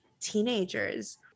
teenagers